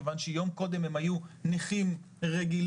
כיוון שיום קודם הם היו נכים רגילים